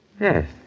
Yes